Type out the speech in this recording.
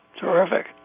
Terrific